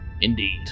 Indeed